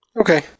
Okay